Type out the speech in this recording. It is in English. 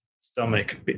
stomach